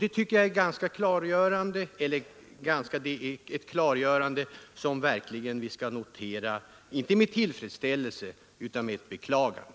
Det tycker jag är ett klargörande, som vi verkligen skall notera, men inte med tillfredsställelse utan med ett beklagande.